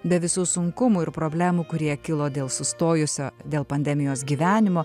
be visų sunkumų ir problemų kurie kilo dėl sustojusio dėl pandemijos gyvenimo